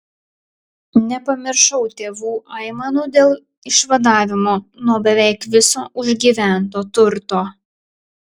nepamiršau tėvų aimanų dėl išvadavimo nuo beveik viso užgyvento turto